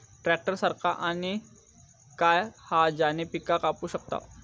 Tractor सारखा आणि काय हा ज्याने पीका कापू शकताव?